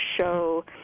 show